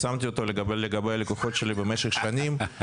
יישמתי אותו לגבי הלקוחות שלי במשך שנים.